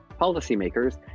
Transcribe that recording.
policymakers